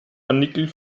karnickel